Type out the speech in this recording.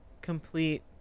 complete